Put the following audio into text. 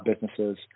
businesses